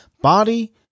body